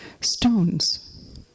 stones